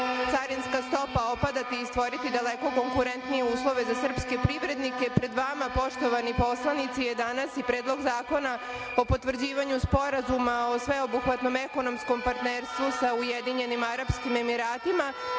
carinska stopa opadati i stvoriti daleko konkurentnije uslove za srpske privrednike, pred vama poštovani poslanici je danas i Predlog zakona o potvrđivanju sporazuma o sveobuhvatnom ekonomskom partnerstvu sa Ujedinjenim arapskim emiratima,